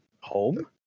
home